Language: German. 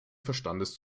verstandes